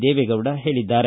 ದೇವೇಗೌಡ ಹೇಳಿದ್ದಾರೆ